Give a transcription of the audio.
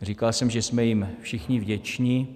Říkal jsem, že jsme jim všichni vděčni.